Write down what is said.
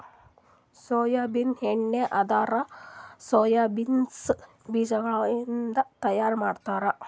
soybean ಎಣ್ಣಿ ಅಂದುರ್ soya beans ಬೀಜಗೊಳಿಂದ್ ತೈಯಾರ್ ಮಾಡ್ತಾರ